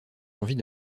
envie